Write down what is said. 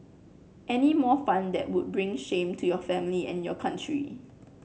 any more fun that would bring shame to your family and your country